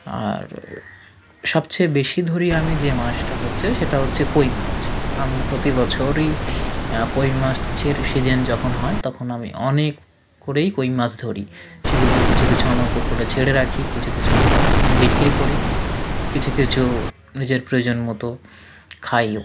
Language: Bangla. আর সবচেয়ে বেশি ধরি আমি যে মাছটা হচ্ছে সেটা হচ্ছে কই মাছ আমি প্রতি বছরই কই মাছের সিজেন যখন হয় তখন আমি অনেক করেই কই মাছ ধরি সেগুলো কিছু কিছু আমার পুকুরে ছেড়ে রাখি কিছু কিছু বিক্রি করি কিছু কিছু নিজের প্রয়োজন মতো খাইও